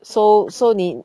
so so 你